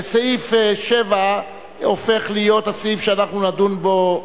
וסעיף 7 הופך להיות הסעיף שאנחנו נדון בו.